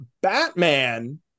Batman